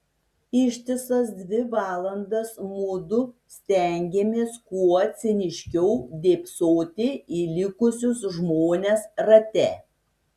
ištisas dvi valandas mudu stengėmės kuo ciniškiau dėbsoti į likusius žmones rate